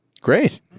Great